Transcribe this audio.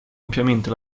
ampiamente